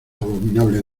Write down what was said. abominable